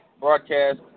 Broadcast